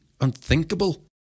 unthinkable